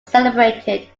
celebrated